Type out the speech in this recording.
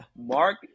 Mark